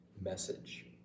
message